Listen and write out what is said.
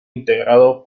integrado